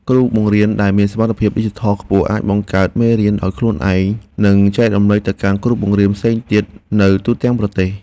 គ្រូបង្រៀនដែលមានសមត្ថភាពឌីជីថលខ្ពស់អាចបង្កើតមេរៀនដោយខ្លួនឯងនិងចែករំលែកទៅកាន់គ្រូបង្រៀនផ្សេងទៀតនៅ ទូទាំងប្រទេស។